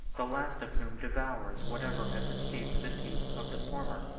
the last of whom devours whatever has escaped the teeth of the former.